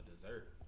dessert